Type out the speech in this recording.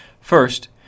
First